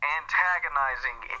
antagonizing